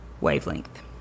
wavelength